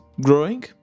growing